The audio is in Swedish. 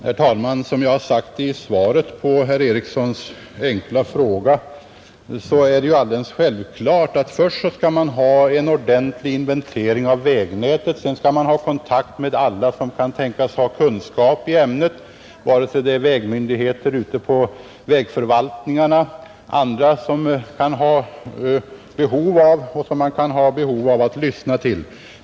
Herr talman! Som jag framhållit i svaret på herr Erikssons i Arvika enkla fråga är det alldeles självklart att man först skall ha en ordentlig inventering av vägnätet, och därefter skall man ta kontakt med alla som kan tänkas ha kunskaper i ämnet, vare sig det är vägmyndigheter, vägförvaltningarna eller andra som man kan ha behov av att lyssna till.